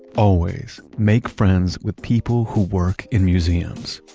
always make friends with people who work in museums.